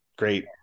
Great